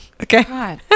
okay